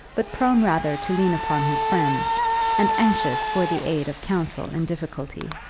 but prone rather to lean upon his friends and anxious for the aid of counsel in difficulty.